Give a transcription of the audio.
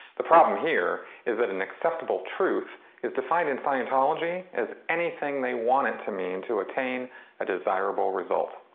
the problem here is that an acceptable truth is defined in scientology as anything they want it to mean to attain a desirable result.